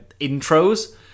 intros